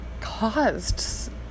caused